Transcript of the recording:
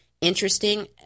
interesting